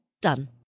Done